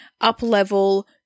up-level